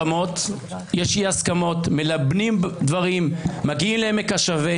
הרפורמה המשפטית הזאת היא החמצת הזדמנות היסטורית ובכייה לדורות.